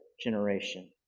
generation